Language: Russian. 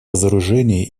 разоружении